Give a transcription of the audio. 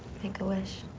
make a wish.